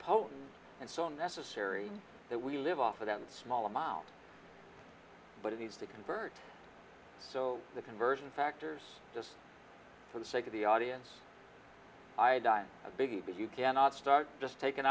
potent and so necessary that we live off of them small amounts but it needs to convert so the conversion factors just for the sake of the audience i die a biggie but you cannot start just taken